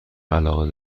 علاقه